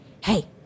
hey